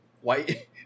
White